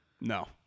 No